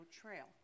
Trail